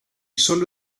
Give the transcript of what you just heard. solo